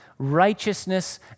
righteousness